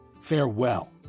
Farewell